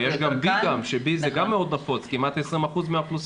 יש גם בי, בי גם מאוד נפוץ, כמעט 20% מהאוכלוסייה.